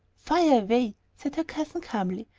fire away! said her cousin, calmly.